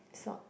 sort